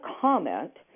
comment